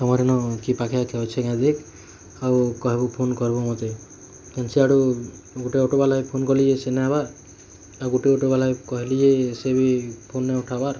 ତମର ଏନ କି ପାଖେ ଦେଖ ଆଉ କହେବୁ ଫୋନ୍ କରବୁ ମୋତେ କେନ୍ସି ଆଡୁ ଗୁଟେ ଅଟୋବାଲା ଫୋନ୍ କଲି ଯେ ସେ ନାଇଁ ଆଇବାର୍ ଆଉ ଗୁଟେ ଅଟୋବାଲା କୁ କହିଲି ଯେ ସେ ବି ଫୋନ୍ ନାଇଁ ଉଠାବାର୍